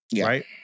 Right